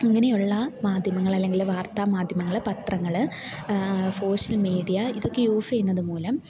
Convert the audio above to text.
ഇങ്ങനെയുള്ള മാദ്ധ്യമങ്ങള് അല്ലെങ്കില് വാർത്താമാദ്ധ്യമങ്ങള് പത്രങ്ങള് സോഷ്യൽ മീഡിയ ഇതൊക്കെ യൂസ് ചെയ്യുന്നത് മൂലം